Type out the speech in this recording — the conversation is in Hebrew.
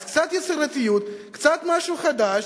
אז קצת יצירתיות, משהו קצת חדש.